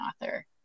author